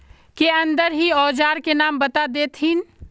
के अंदर ही औजार के नाम बता देतहिन?